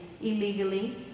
illegally